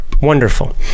wonderful